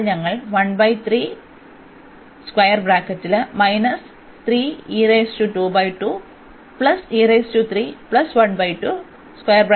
അതിനാൽ ഞങ്ങൾ ചെയ്യും